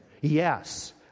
Yes